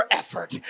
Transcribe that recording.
effort